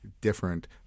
different